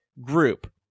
group